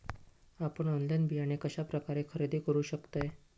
आपन ऑनलाइन बियाणे कश्या प्रकारे खरेदी करू शकतय?